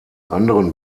anderen